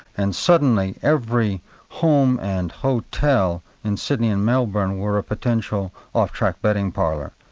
and suddenly every home and hotel in sydney and melbourne were a potential off-track betting parlour,